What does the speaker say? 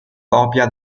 copia